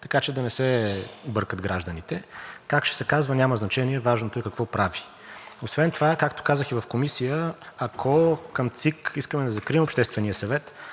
така че да не се бъркат гражданите. Как ще се казва, няма значение – важното е какво прави. Освен това, както казах и в комисия, ако към ЦИК искаме да закрием Обществения съвет,